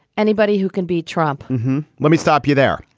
anybody who can be trump let me stop you there.